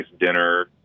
dinner